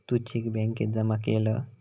तू cheque बॅन्केत जमा केलं?